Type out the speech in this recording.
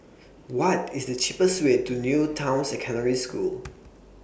What IS The cheapest Way to New Town Secondary School